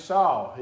Saul